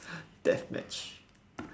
death match